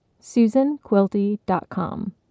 susanquilty.com